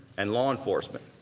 and law enforcement.